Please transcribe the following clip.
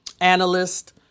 analyst